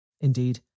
Indeed